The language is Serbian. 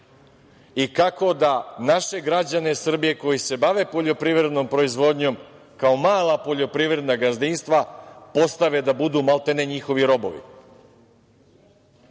i kako naše građane Srbije koji se bave poljoprivrednom proizvodnjom, kao mala poljoprivredna gazdinstva postave da budu maltene njihovi robovi.